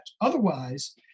otherwise